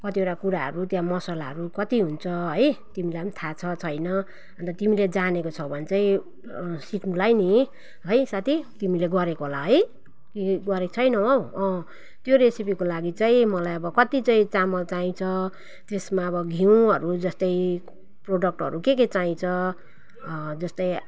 कतिवटा कुराहरू त्यहाँ मसलाहरू कति हुन्छ है तिमीलाई पनि थाहा छ छैन अन्त तिमीले जानेको छौ भने चाहिँ सिक्नुलाई नि है साथी तिमीले गरेको होला है कि गरेको छैनौ हौ त्यो रेसिपीको लागि चाहिँ मलाई अब कति चाहिँ चामल चाहिन्छ त्यसमा अब घिउहरू जस्तै प्रडक्टहरू के के चाहिन्छ जस्तै